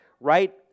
right